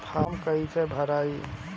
Form कईसे भराई?